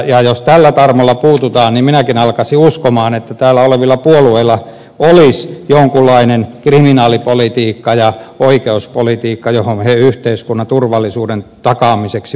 ja jos tällä tarmolla puututtaisiin niin minäkin alkaisin uskoa että täällä olevilla puolueilla olisi jonkunlainen kriminaalipolitiikka ja oikeuspolitiikka johon he yhteiskunnan turvallisuuden takaamiseksi pyrkivät